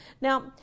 Now